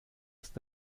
ist